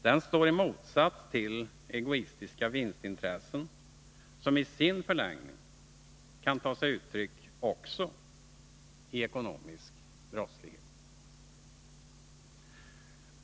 Den står i motsats till egoistiska vinstintressen, som i sin förlängning kan ta sig uttryck också i ekonomisk brottslighet.